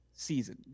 season